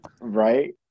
right